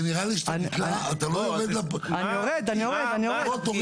תגיד מה הפגיעה?